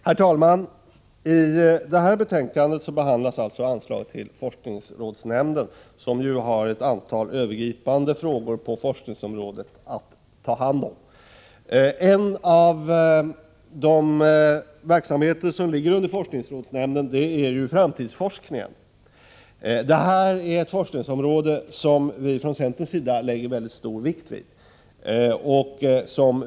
Herr talman! I detta betänkande behandlas alltså anslaget till forskningsrådsnämnden, som har ett antal övergripande frågor på forskningsområdet att ta hand om. En av de verksamheter som ligger under forskningsrådsnämnden är framtidsforskningen. Det här är ett forskningsområde som vi från centerns sida fäster väldigt stor vikt vid.